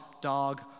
dog